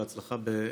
בהצלחה בתפקידך.